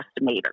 estimator